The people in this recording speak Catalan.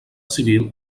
civil